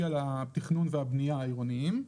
יעבדו והכול יהיה נחמד,